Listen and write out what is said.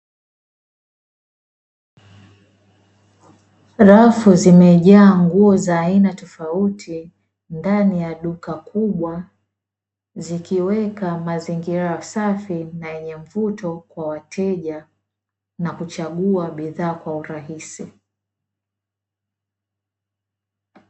Rafu zimejaa nguo za aina tofauti, ndani ya duka kubwa, zikiweka mazingira safi na yenye mvuto kwa wateja na kuchagua bidhaa kwa urahisi.